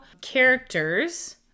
characters